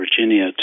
Virginia